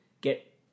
Get